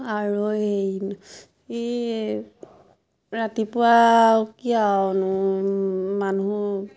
আৰু এই ৰাতিপুৱা কি আও মানুহ